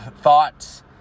thoughts